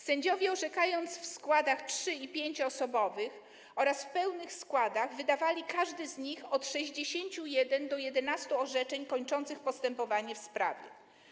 Sędziowie, orzekając w składach 3- i 5-osobowych oraz w pełnych składach, wydawali, każdy z nich, od 61 do 11 orzeczeń kończących postępowanie w sprawie.